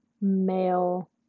male